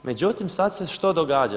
Međutim, sad se što događa?